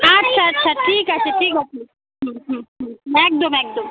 আচ্ছা আচ্ছা ঠিক আছে ঠিক আছে হুম হুম হুম একদম একদম